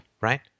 right